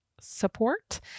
support